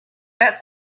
that